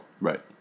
Right